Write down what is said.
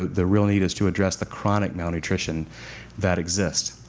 the real need is to address the chronic malnutrition that exists.